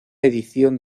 edición